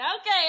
okay